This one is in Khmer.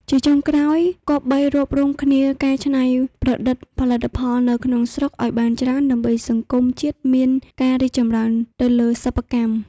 ជាចុងក្រោយគប្បីរួបរួមគ្នាកែច្នៃប្រឌិតផលិតផលនៅក្នុងស្រុកឲ្យបានច្រើនដើម្បីសង្គមជាតិមានការរីកច្រើនទៅលើសប្បិកម្ម។